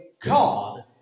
God